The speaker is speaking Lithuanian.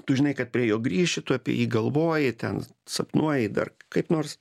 tu žinai kad prie jo grįši tu apie jį galvoji ten sapnuoji dar kaip nors